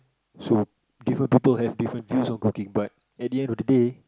so different people have different views of cooking but at the end of the day